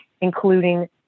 including